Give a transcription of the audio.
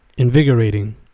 Invigorating